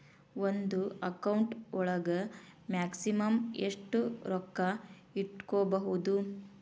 ಒಂದು ಅಕೌಂಟ್ ಒಳಗ ಮ್ಯಾಕ್ಸಿಮಮ್ ಎಷ್ಟು ರೊಕ್ಕ ಇಟ್ಕೋಬಹುದು?